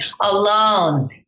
alone